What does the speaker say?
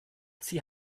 sie